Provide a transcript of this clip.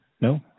No